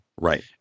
Right